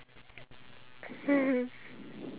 to like let people know that